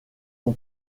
son